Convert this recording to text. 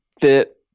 fit